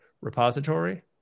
repository